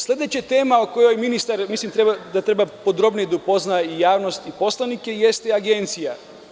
Sledeća tema o kojoj ministar treba podrobnije da upozna i javnost i poslanike jeste agencija.